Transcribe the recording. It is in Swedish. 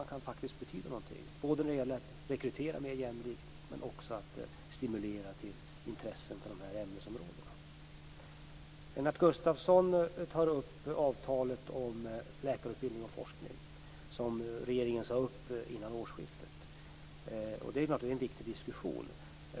Man kan faktiskt betyda någonting både när det gäller att rekrytera mer jämlikt och när det gäller att stimulera till intresse för de här ämnesområdena. Lennart Gustavsson tar upp avtalet om läkarutbildning och forskning, som regeringen sade upp före årsskiftet, och diskussionen om det är naturligtvis viktig.